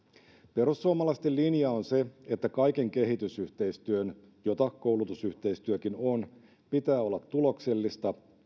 perussuomalaisten linja on se että kaiken kehitysyhteistyön jota koulutusyhteistyökin on pitää olla tuloksellista